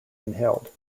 inhaled